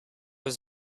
was